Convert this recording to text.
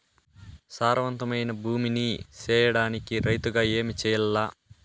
సారవంతమైన భూమి నీ సేయడానికి రైతుగా ఏమి చెయల్ల?